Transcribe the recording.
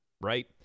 right